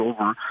over –